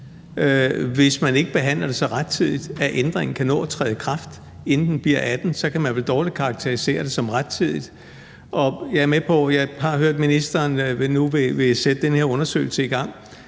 hvis man ikke behandler det så rettidigt, at ændringen kan nå at træde i kraft, inden man bliver 18 år; så kan man vel dårligt karakterisere det som rettidigt. Jeg er med på og har hørt, at ministeren nu vil sætte den her undersøgelse i gang,